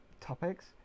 topics